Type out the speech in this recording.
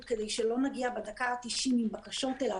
כדי שלא נגיע בדקה התשעים עם בקשות אליו,